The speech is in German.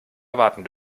erwarten